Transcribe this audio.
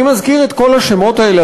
אני מזכיר את כל השמות האלה,